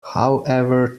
however